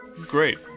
Great